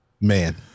Man